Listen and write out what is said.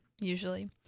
usually